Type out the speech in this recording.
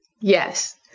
Yes